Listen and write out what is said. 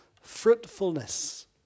fruitfulness